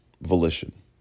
volition